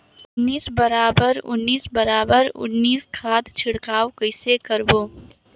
उन्नीस बराबर उन्नीस बराबर उन्नीस खाद छिड़काव कइसे करबो?